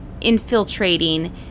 infiltrating